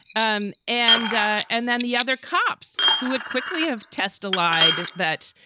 um and and then the other cops who would quickly have testified that,